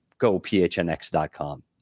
gophnx.com